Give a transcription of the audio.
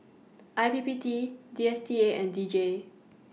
I P P T D S T A and D J